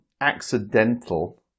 accidental